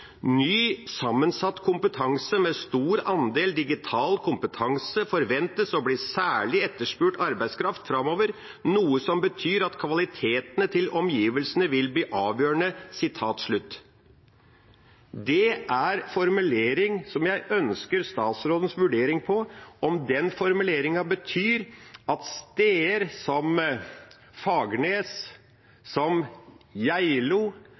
sammensatt kompetanse med stor andel digital kompetanse forventes å bli særlig etterspurt arbeidskraft fremover, noe som betyr at kvalitetene til omgivelsene vil bli avgjørende.» Det er en formulering som jeg ønsker statsrådens vurdering av. Betyr den formuleringen at steder som